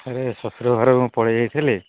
sir ଶ୍ୱଶୁର ଘର ମୁଁ ପଳେଇ ଯାଇଥିଲି